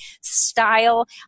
style